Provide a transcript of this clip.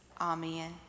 Amen